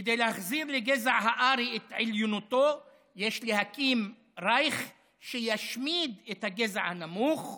כדי להחזיר לגזע הארי את עליונותו יש להקים רייך שישמיד את הגזע הנמוך,